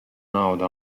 naudu